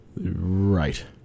right